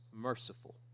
merciful